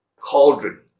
cauldron